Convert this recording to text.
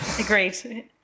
Agreed